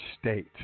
state